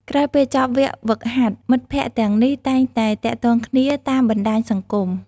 ក្រោយពេលចប់វគ្គហ្វឹកហាត់ មិត្តភក្តិទាំងនេះតែងតែទាក់ទងគ្នាតាមបណ្តាញសង្គម។